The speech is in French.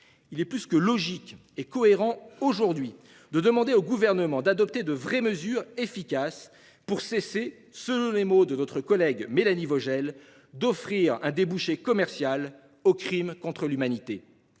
il est plus que logique et cohérent de demander au Gouvernement d'adopter des mesures efficaces pour cesser, selon les mots de notre collègue Mélanie Vogel, « d'offrir un débouché commercial aux crimes contre l'humanité